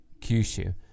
Kyushu